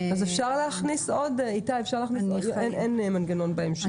אין מנגנון בהמשך.